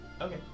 Okay